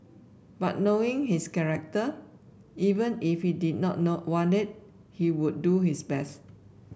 but knowing his character even if he did not not want it he would do his best